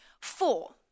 Four